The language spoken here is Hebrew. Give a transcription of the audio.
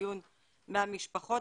מהדיון מהמשפחות,